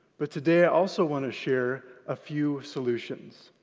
but today, i also want to share a few solutions.